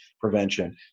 prevention